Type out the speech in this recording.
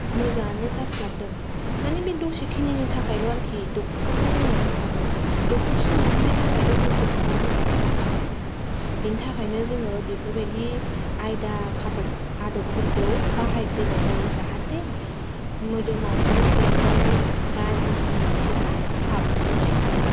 मोजाङानो जास्लाबदों माने बे दसेखिनिनि थाखायल' आरोखि ड'क्टरखौथ' जोंनो नांखागौ ड'क्टरसिम मोनहैनो थाखायथ' जों गथ'खौ मोजाङै लाखिनांगोन ना बेनि थाखायनो जोङो बेफोरबादि आयदा खाथब आदबफोरखौ बाहायग्रोनाय जायो जाहाथे मोदोमावहाय सैमानि गाज्रि इन्फेकसना हाबनानै थाग्रोआ